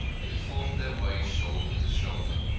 they fought their way shoulder to shoulder.